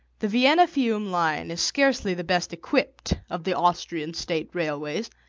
the vienna-fiume line is scarcely the best equipped of the austrian state railways,